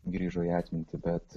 grįžo į atmintį bet